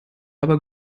aber